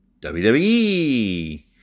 WWE